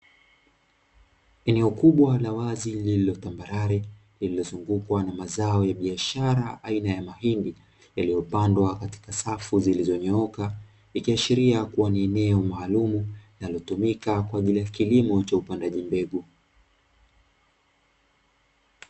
Eneo kubwa la wazi lililo tambarare lililozungukwa na mazao ya biashara aina ya mahindi yaliyopandwa katika safu zilizonyooka, ikiashiria kuwa ni eneo maalum linalotumika kwa ajili ya kilimo cha upandaji mbegu.